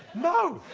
no!